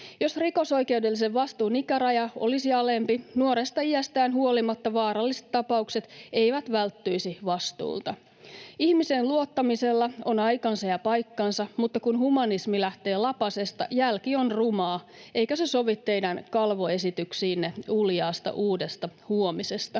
Jos rikosoikeudellisen vastuun ikäraja olisi alempi, nuoresta iästään huolimatta vaaralliset tapaukset eivät välttyisi vastuulta. Ihmiseen luottamisella on aikansa ja paikkansa, mutta kun humanismi lähtee lapasesta, jälki on rumaa, eikä se sovi teidän kalvoesityksiinne uljaasta uudesta huomisesta.